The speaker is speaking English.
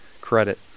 credit